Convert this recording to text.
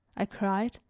i cried,